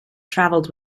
travelled